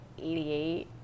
88